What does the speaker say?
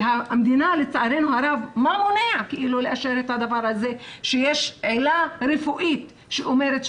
מה מונע מהמדינה לאשר את הדבר הזה שיש עילה רפואית שאומרת שצריך,